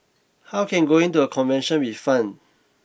how can going to a convention be fun